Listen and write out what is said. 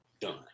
done